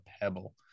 pebble